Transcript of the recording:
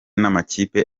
n’amakipe